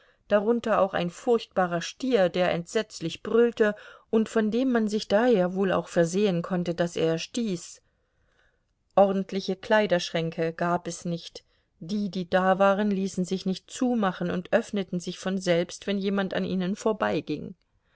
darunter auch ein furchtbarer stier der entsetzlich brüllte und von dem man sich daher wohl auch versehen konnte daß er stieß ordentliche kleiderschränke gab es nicht die die da waren ließen sich nicht zumachen und öffneten sich von selbst wenn jemand an ihnen vorbeiging